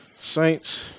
saints